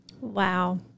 Wow